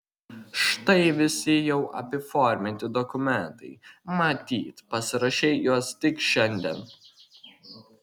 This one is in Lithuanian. štai visi jau apiforminti dokumentai matyt pasirašei juos tik šiandien